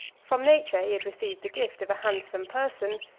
from nature he had received the gift of a handsome person,